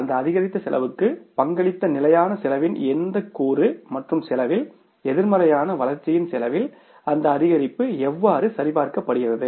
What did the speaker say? அந்த அதிகரித்த செலவுக்கு பங்களித்த நிலையான செலவின் எந்த கூறு மற்றும் செலவில் எதிர்மறையான வளர்ச்சியின் செலவில் அந்த அதிகரிப்பு எவ்வாறு சரிபார்க்கப்படுகிறது